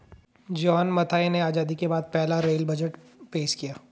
John Mathai ने आजादी के बाद पहला रेल बजट पेश किया